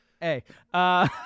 Hey